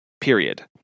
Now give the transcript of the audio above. period